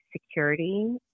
security